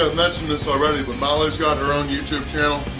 ah mentioned this already. but molly's got her own youtube channel.